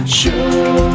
show